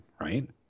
right